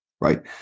right